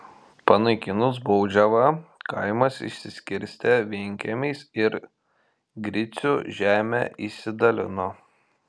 panaikinus baudžiavą kaimas išsiskirstė vienkiemiais ir gricių žemę išsidalino